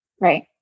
Right